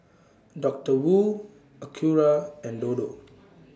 Doctor Wu Acura and Dodo